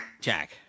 Jack